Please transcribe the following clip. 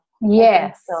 Yes